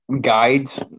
guides